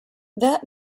that